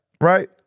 right